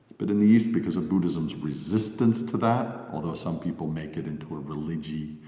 but in the east, because of buddhism's resistance to that although some people make it into a religion,